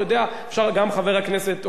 למשל גם חבר הכנסת הורוביץ,